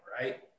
right